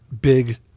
big